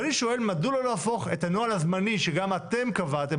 אני שואל מדוע לא להפוך את הנוהל הזמני שגם אתם קבעתם,